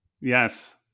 Yes